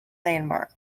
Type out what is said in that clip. landmark